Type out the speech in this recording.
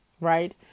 right